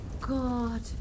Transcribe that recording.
god